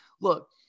look